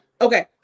Okay